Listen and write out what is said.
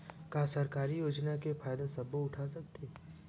का सरकारी योजना के फ़ायदा सबो उठा सकथे?